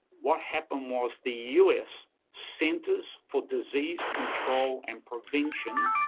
what happened was the u s. centers for disease control and prevention,